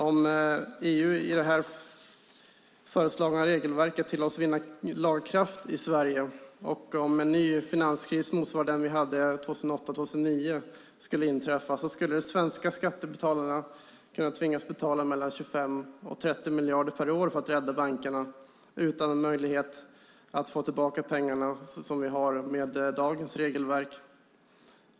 Om det i EU föreslagna regelverket tillåts vinna laga kraft i Sverige, om en ny finanskris motsvarande den vi hade 2008-2009 skulle inträffa, skulle de svenska skattebetalarna tvingas att betala mellan 25 och 30 miljarder per år för att rädda bankerna utan möjlighet att få tillbaka pengarna, som finns med dagens regelverk.